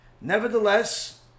nevertheless